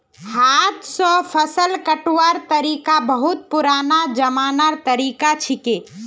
हाथ स फसल कटवार तरिका बहुत पुरना जमानार तरीका छिके